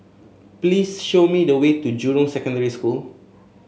please show me the way to Jurong Secondary School